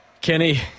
Kenny